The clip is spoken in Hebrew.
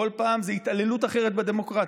כל פעם זו התעללות אחרת בדמוקרטיה.